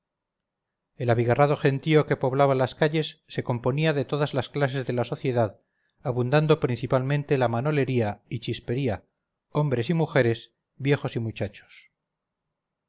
el abigarrado gentío que poblaba las calles secomponía de todas las clases de la sociedad abundando principalmente la manolería y chispería hombres y mujeres viejos y muchachos